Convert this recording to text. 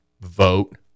vote